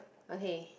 okay